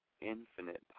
Infinite